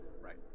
right